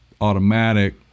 automatic